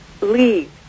leave